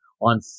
on